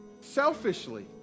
selfishly